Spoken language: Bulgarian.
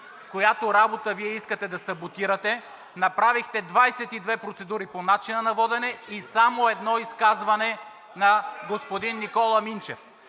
чиято работа Вие искате да саботирате. Направихте 22 процедури по начина на водене и само едно изказване – на господин Никола Минчев.